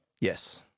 Yes